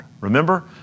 Remember